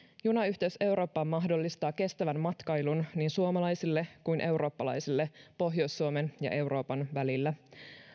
junayhteys eurooppaan mahdollistaa kestävän matkailun niin suomalaisille kuin eurooppalaisille pohjois suomen ja euroopan välillä